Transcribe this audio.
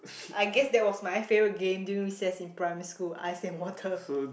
I guess that was my favourite game during recess in primary school ice and water